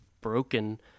broken